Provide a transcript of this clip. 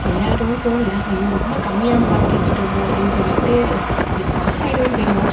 ஃபெயிலாகிட்டோன்னு தோணலை ஐயோ ரொம்ப கம்மியான மார்க்கு எடுத்துவிட்டோமோ அப்படின்னு சொல்லிவிட்டு ஜா பாசாகிடுவேன்னு தெரியும்